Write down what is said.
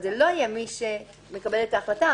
שזה לא יהיה מי שמקבל את ההחלטה,